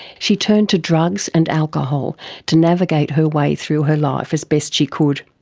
she turned to drugs and alcohol to navigate her way through her life as best she could.